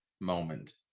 moment